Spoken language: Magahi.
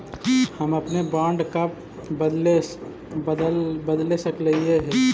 हम अपने बॉन्ड कब बदले सकलियई हे